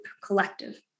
collective